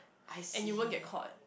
and you won't get caught